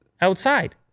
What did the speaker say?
outside